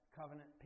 covenant